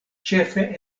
ĉefe